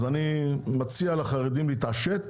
אני מציע לחרדים להתעשת